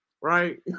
right